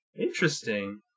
Interesting